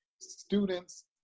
Students